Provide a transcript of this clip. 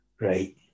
right